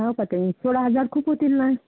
हो का ते सोळा हजार खूप होतील ना